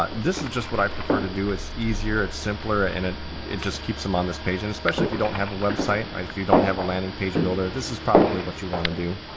ah this is just what i prefer to do. it's easier, it's simpler, ah and it it just keeps them on this page, and especially if you don't have a website, if you don't have a landing page builder. this is probably what you wanna do,